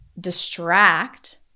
distract